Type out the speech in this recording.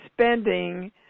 spending